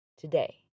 today